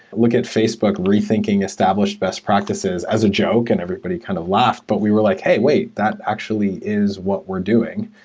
look at facebook reth inking established best practices as a joke, and everybody kind of laughed, but we were like, hey, wait. that actually is what we're doing.